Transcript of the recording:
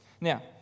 Now